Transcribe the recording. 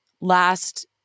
last